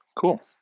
cool